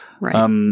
Right